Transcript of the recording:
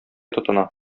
тотына